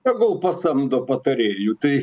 tegul pasamdo patarėju tai